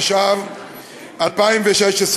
התשע"ו 2016,